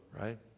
right